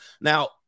Now